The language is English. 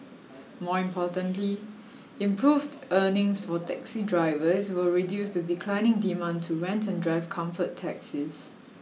more importantly improved earnings for taxi drivers will reduce the declining demand to rent and drive comfort taxis